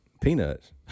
Peanuts